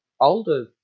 older